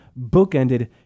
bookended